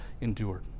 endured